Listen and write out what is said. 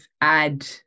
add